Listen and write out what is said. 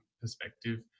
perspective